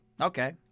Okay